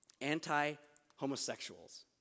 anti-homosexuals